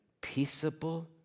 peaceable